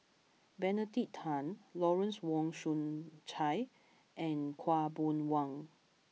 Benedict Tan Lawrence Wong Shyun Tsai and Khaw Boon Wan